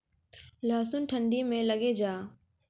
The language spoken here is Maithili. लहसुन ठंडी मे लगे जा?